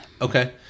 Okay